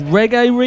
Reggae